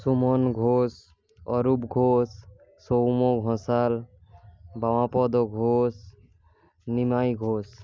Suman Ghosh Arup Ghosh Soumya Ghoshal Bamapada Ghosh Nimai Ghosh